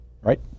right